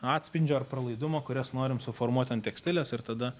atspindžio ar pralaidumo kurias norim suformuoti ant tekstilės ir tada